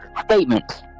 statements